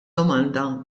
domanda